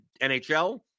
NHL